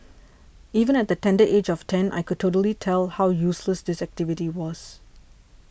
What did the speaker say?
even at the tender age of ten I could totally tell how useless this activity was